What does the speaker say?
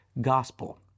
gospel